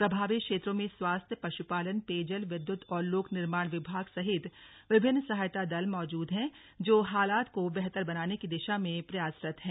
प्रभावित क्षेत्रों में स्वास्थ्य पशुपालन पेयजल विद्युत और लोक निर्माण विभाग सहित विभिन्न सहायता दल मौजूद हैं जो परिस्थितियों को बेहतर बनाने की दिशा में प्रयासरत हैं